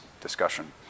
discussion